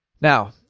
Now